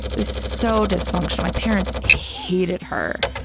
it was so dysfunctional. my parents hated her,